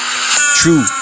True